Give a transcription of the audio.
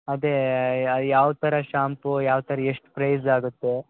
ಅದೆ ಯಾವ ಥರ ಶಾಂಪು ಯಾವ ಥರ ಎಷ್ಟು ಪ್ರೈಝ್ ಆಗುತ್ತೆ